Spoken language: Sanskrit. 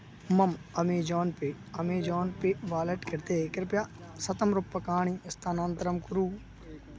मम Amazon pay Amazon pay wallet कृते कृपया शतं रूप्यकाणि स्थानान्तरं कुरु